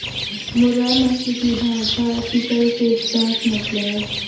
मुर्रा नस्ल की भैंस भारत की सर्वश्रेष्ठ भैंस नस्ल है